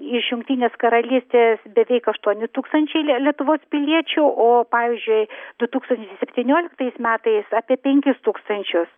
iš jungtinės karalystės beveik aštuoni tūkstančiai li lietuvos piliečių o pavyzdžiui du tūkstančiai septynioliktais metais apie penkis tūkstančius